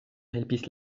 helpis